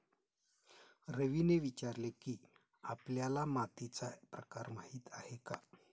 रवीने विचारले की, आपल्याला मातीचा प्रकार माहीत आहे का?